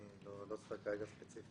אני לא יודע להגיד כרגע ספציפית.